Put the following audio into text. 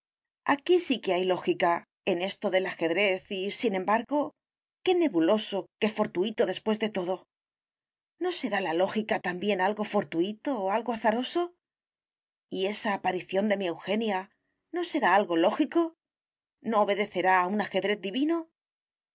aquí sí que hay lógica en esto del ajedrez y sin embargo qué nebuloso qué fortuito después de todo no será la lógica también algo fortuito algo azaroso y esa aparición de mi eugenia no será algo lógico no obedecerá a un ajedrez divino